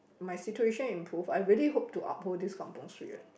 my situation improved I really hope to uphold this kampung spirit